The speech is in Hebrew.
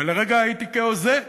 ולרגע הייתי כהוזה.